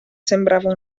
sembrava